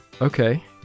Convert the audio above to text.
okay